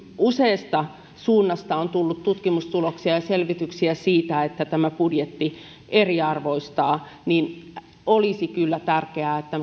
useasta suunnasta on tullut tutkimustuloksia ja selvityksiä siitä että tämä budjetti eriarvoistaa olisi kyllä tärkeää että